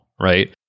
right